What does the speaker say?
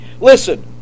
Listen